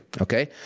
okay